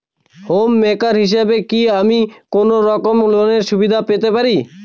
Home maker হিসেবে কি আমি কোনো রকম লোনের সুবিধা পেতে পারি?